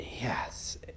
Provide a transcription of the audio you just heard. yes